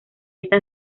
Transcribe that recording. esta